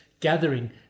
gathering